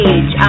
Age